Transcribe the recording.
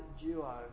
duo